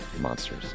Monsters